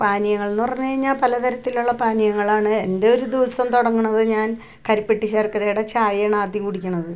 പാനീയങ്ങൾ എന്ന് പറഞ്ഞാൽ പലതരം പാനീയങ്ങളാണ് എന്റൊരു ദിവസം തുടങ്ങുന്നത് ഞാൻ കരിപ്പെട്ടി ശർക്കരയുടെ ചായയാണ് ആദ്യം കുടിക്കുന്നത്